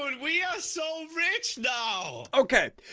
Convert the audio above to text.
and we are so rich now, okay?